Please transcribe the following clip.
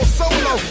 solo